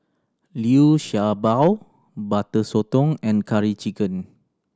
Liu Sha Bao Butter Sotong and Curry Chicken